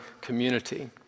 community